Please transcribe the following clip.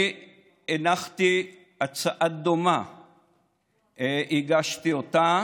אני הנחתי הצעה דומה והגשתי אותה,